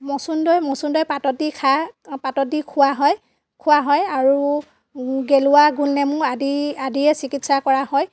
মচুন্দৈ মচুন্দৈ পাতত দি খাই পাতত দি খোৱা হয় খোৱা হয় আৰু গেলোৱা গোল নেমু আদি আদিৰে চিকিৎসা কৰা হয়